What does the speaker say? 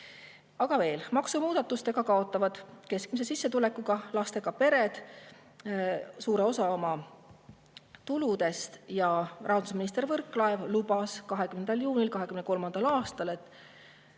Aga veel: maksumuudatustega kaotavad keskmise sissetulekuga lastega pered suure osa oma tuludest. Rahandusminister Võrklaev lubas 20. juunil 2023. aastal, et